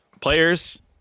players